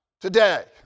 today